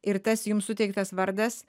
ir tas jums suteiktas vardas